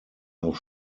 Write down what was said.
auch